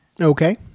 Okay